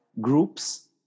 groups